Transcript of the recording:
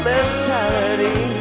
mentality